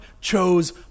chose